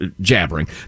jabbering